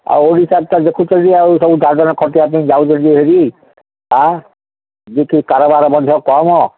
ଆଉ ଓଡ଼ିଶାରେ ତ ଦେଖୁଛନ୍ତି ଆଉ ସବୁ ଦାଦନ ଖଟିବା ପାଇଁ ଯାଉଛନ୍ତି ଏଠି କାରବାର ମଧ୍ୟ କମ